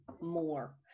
more